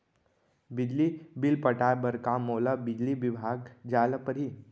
बिजली बिल पटाय बर का मोला बिजली विभाग जाय ल परही?